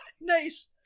Nice